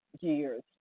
years